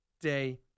day